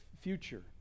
future